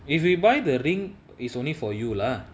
if we buy the ring is only for you lah